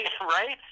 right